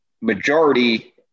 Majority